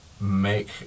make